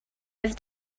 with